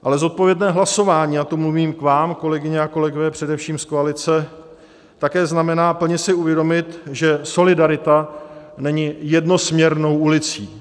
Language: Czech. Ale zodpovědné hlasování, a to mluvím k vám, kolegyně a kolegové především z koalice, také znamená plně si uvědomit, že solidarita není jednosměrnou ulicí.